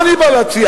מה אני בא להציע?